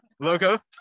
logo